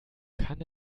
kann